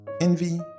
envy